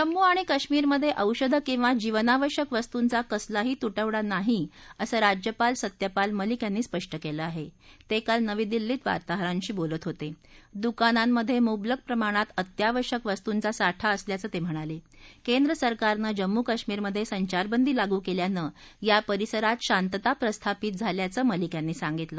जम्मू आणि काश्मीरमध्य ्रौषधं किंवा जीवनावश्यक वस्तूंचा कसलाही तुटवडा नाही असं राज्यपाल सत्यपाल मलिक यांनी स्पष्ट कले आह बे क्विल नवी दिल्लीत वार्ताहरांशी बोलत होत ड्रेकानांमध च्विबलक प्रमाणात अत्यावश्यक वस्तुंचा साठा असल्याचं त हिणाल केंद्र सरकारनं जम्मू काश्मीरमध सेंचारबंदी लागू कल्यानं या परिसरात शांतता प्रस्थापित झाल्याचं मलिक यांनी सांगितलं